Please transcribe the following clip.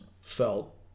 felt